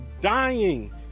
dying